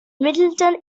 middleton